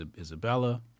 isabella